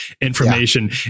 information